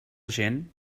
gent